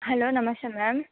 hello namaste ma'am